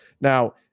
Now